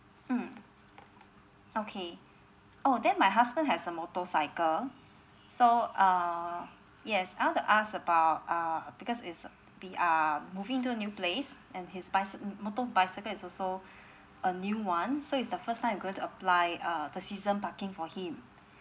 mm okay oh then my husband has a motorcycle so uh yes I want to ask about uh because it's we are moving to new place and his bicy~ mm motor bicycle is also a new one so it's the first time I'm going to apply uh the season parking for him